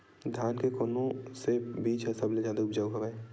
धान के कोन से बीज ह सबले जादा ऊपजाऊ हवय?